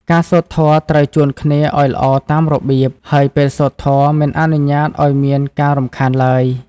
ការសូត្រធម៌ត្រូវជួនគ្នាឱ្យល្អតាមរបៀប ហើយពេលសូត្រធម៌មិនអនុញ្ញាតឱ្យមានការរំខានឡើយ។